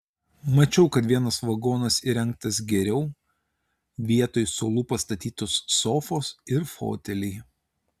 mačiau kad vienas vagonas įrengtas geriau vietoj suolų pastatytos sofos ir foteliai